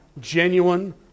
Genuine